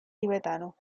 tibetano